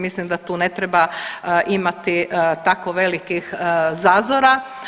Mislim da tu ne treba imati tako velikih zazora.